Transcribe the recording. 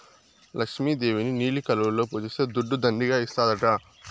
లక్ష్మి దేవిని నీలి కలువలలో పూజిస్తే దుడ్డు దండిగా ఇస్తాడట